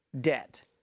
debt